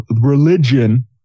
religion